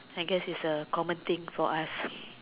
I guess is a common thing for us